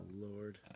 Lord